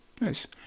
Nice